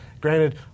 Granted